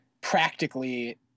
practically